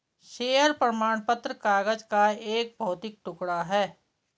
share प्रमाण पत्र कागज का एक भौतिक टुकड़ा है